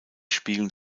spiegeln